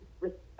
respect